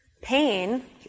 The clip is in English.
pain